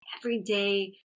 everyday